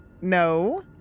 No